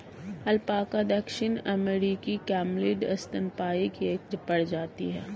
alpaca दक्षिण अमेरिकी camelid स्तनपायी की एक प्रजाति है